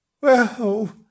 Well